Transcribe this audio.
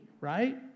right